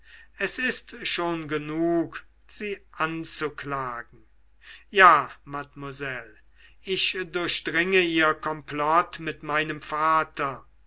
es ist schon genug sie anzuklagen ja mademoiselle ich durchdringe ihr komplott mit meinem vater